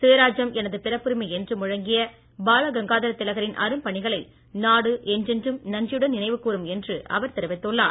சுயராஜ்யம் எனது பிறப்புரிமை என்று முழங்கிய பாலகங்காதர திலகரின் அரும்பணிகளை நாடு என்றென்றும் நன்றியுடன் நினைவு கூரும் என்று அவர் தெரிவித்துள்ளார்